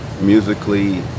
musically